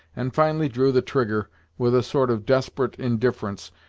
and finally drew the trigger with a sort of desperate indifference,